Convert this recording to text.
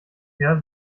her